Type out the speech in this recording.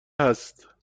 هست